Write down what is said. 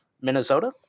Minnesota